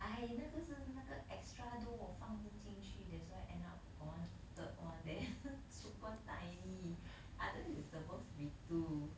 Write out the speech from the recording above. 哎那个是那个 extra dough 我放不进去 that's why end up got one third one then super tiny otherwise it's supposed to be two